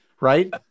right